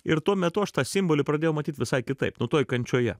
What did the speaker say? ir tuo metu aš tą simbolį pradėjau matyt visai kitaip nu toj kančioje